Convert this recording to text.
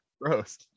Gross